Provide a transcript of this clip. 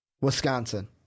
Wisconsin